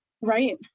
Right